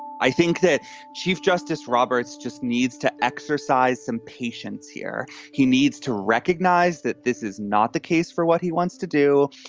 i think that chief justice roberts just needs to exercise some patience here he needs to recognize that this is not the case for what he wants to do.